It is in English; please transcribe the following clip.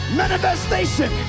manifestation